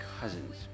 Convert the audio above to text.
cousins